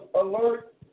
alert